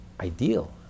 ideal